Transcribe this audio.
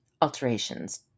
alterations